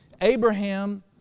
Abraham